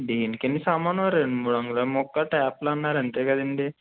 దేనికండి సామాను రెండు అంగుళాలు ముక్క ట్యాపులు అన్నారు అంతేకదండి